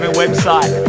website